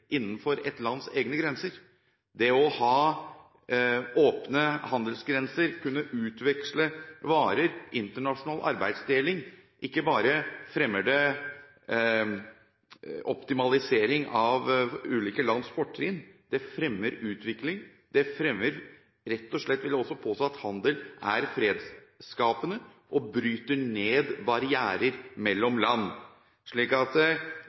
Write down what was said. innenfor et lands egne grenser. Det å ha åpne handelsgrenser og kunne utveksle varer – internasjonal arbeidsdeling – fremmer ikke bare optimalisering av ulike lands fortrinn. Det fremmer utvikling. Jeg vil rett og slett påstå at handel er fredsskapende og bryter ned barrierer